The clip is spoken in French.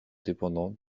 dépendant